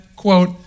quote